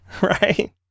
right